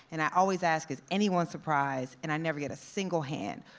and i always ask, is anyone surprised? and i never get a single hand.